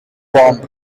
bomb